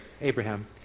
Abraham